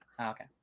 okay